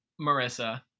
Marissa